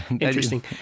Interesting